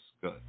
good